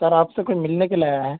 سر آپ سے کوئی ملنے کے لیے آیا ہے